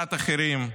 קצת אחרים.